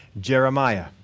Jeremiah